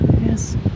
Yes